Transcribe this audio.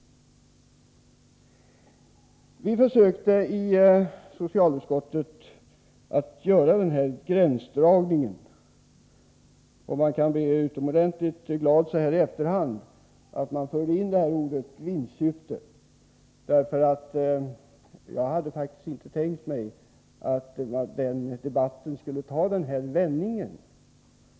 Vi försökte i socialutskottet att göra den här gränsdragningen. Man blir utomordentligt glad så här i efterhand att ordet vinstsyfte fördes in i detta sammanhang. Jag hade faktiskt inte tänkt mig att debatten skulle ta den här vändningen.